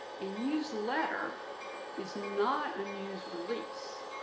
a newsletter is not a news release.